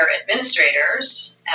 administrators